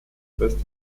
west